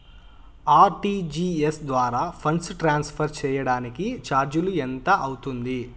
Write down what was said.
RTGS ద్వారా funds transfer సేయడానికి చార్జీలు ఎంత అవుతుంది